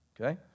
Okay